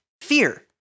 Fear